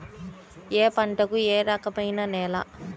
ఏ పంటకు ఏ రకమైన నేల?